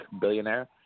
billionaire